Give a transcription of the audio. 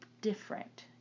different